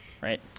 right